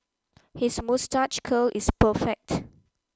his moustache curl is perfect